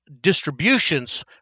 distributions